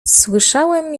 słyszałem